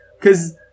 Cause